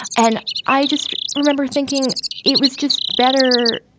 and i just remember thinking it was just better.